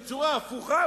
בצורה הפוכה,